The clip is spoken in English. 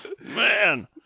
Man